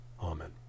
Amen